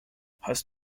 hast